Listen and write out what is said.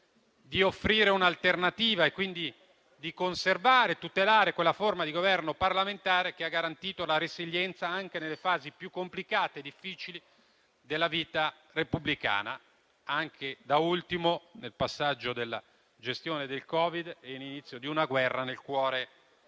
di offrire un'alternativa e, quindi, di conservare e tutelare quella forma di governo parlamentare che ha garantito la resilienza anche nelle fasi più complicate e difficili della vita repubblicana, anche da ultimo nel passaggio della gestione del Covid e l'inizio di una guerra nel cuore dell'Europa.